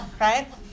Right